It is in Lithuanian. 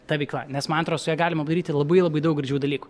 ta veikla nes man atrodo su ja galima padaryti labai labai daug gražių dalykų